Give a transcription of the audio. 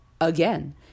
again